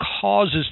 causes